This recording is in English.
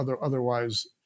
Otherwise